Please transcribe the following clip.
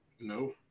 No